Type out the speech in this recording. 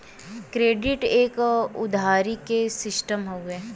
credit एक उधारी के सिस्टम हउवे